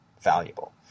valuable